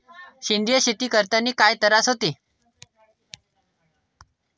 सेंद्रिय शेती करतांनी काय तरास होते?